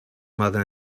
mother